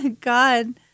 God